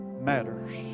matters